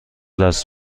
دست